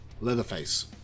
Leatherface